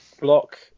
block